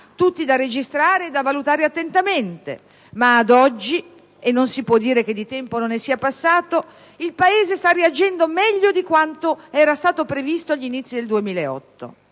tutti da registrare e da valutare attentamente, ma ad oggi - e non si può dire che di tempo non ne sia passato - il Paese sta reagendo meglio di quanto previsto agli inizi del 2008;